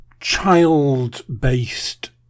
child-based